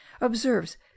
observes